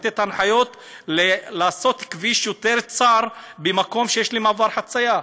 לתת הנחיות לעשות כביש יותר צר במקום שיש מעבר חציה,